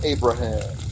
Abraham